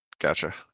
Gotcha